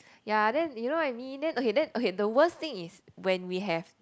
ya then you know what I mean then okay then okay the worst thing is when we have